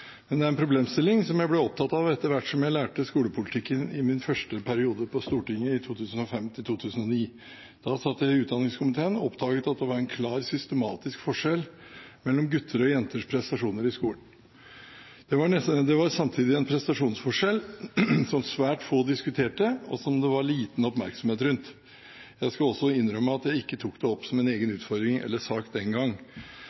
men det er en problemstilling som jeg ble opptatt av etter hvert som jeg lærte skolepolitikk i min første periode på Stortinget – 2005–2009. Da satt jeg i utdanningskomiteen og oppdaget at det var en klar, systematisk forskjell mellom gutters og jenters prestasjoner i skolen. Det var samtidig en prestasjonsforskjell som svært få diskuterte, og som det var liten oppmerksomhet rundt. Jeg skal også innrømme at jeg ikke tok det opp som en egen utfordring eller sak den gang.